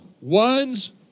one's